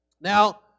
Now